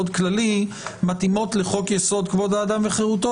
כללי מתאימות לחוק-יסוד: כבוד האדם וחירותו,